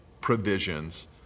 provisions